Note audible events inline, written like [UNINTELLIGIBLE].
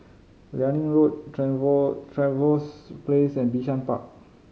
Liane Road [UNINTELLIGIBLE] Trevose Place and Bishan Park